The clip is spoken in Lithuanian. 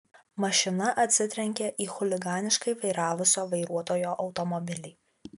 mašina atsitrenkė į chuliganiškai vairavusio vairuotojo automobilį